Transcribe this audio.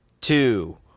two